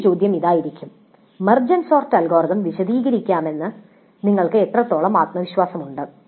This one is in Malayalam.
മറ്റൊരു ചോദ്യം ഇതായിരിക്കാം മെർജ് സോർട്ട് അൽഗോരിതം വിശദീകരിക്കാമെന്ന് നിങ്ങൾക്ക് എത്രത്തോളം ആത്മവിശ്വാസമുണ്ട്